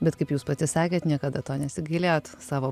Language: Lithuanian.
bet kaip jūs pati sakėt niekada to nesigailėjot savo